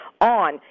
on